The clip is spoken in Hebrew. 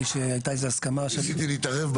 הייתה איזו הסכמה --- ניסיתי להתערב,